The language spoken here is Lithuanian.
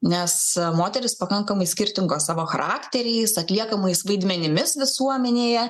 nes moterys pakankamai skirtingos savo charakteriais atliekamais vaidmenimis visuomenėje